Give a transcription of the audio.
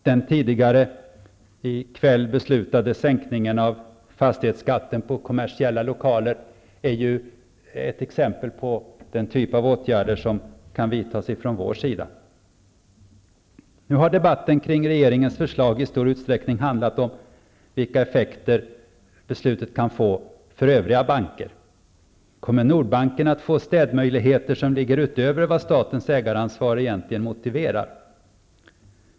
Den tidigare i kväll beslutade sänkningen av fastighetsskatten på kommersiella lokaler är ju ett exempel på den typ av åtgärder som kan vidtas från vår sida. Nu har debatten kring regeringens förslag i stor utsträckning handlat om vilka effekter beslutet kan få för övriga banker. Kommer Nordbanken att få städmöjligheter som ligger utöver vad statens ägaransvar egentligen motiverar?